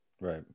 Right